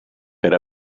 per